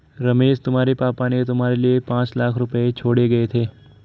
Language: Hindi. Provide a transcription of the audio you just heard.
रमेश तुम्हारे पापा ने तुम्हारे लिए पांच लाख रुपए छोड़े गए थे